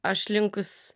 aš linkus